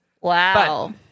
wow